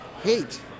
hate